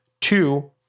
Two